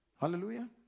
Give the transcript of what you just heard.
hallelujah